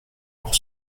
pour